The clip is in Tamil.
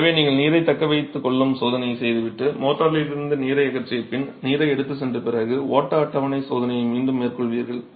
எனவே நீங்கள் நீரைத் தக்கவைத்துக்கொள்ளும் சோதனையைச் செய்துவிட்டு மோர்டரில் இருந்து நீரை அகற்றிய பின் நீரை எடுத்துச் சென்ற பிறகு ஓட்ட அட்டவணை சோதனையை மீண்டும் மேற்கொள்வீர்கள்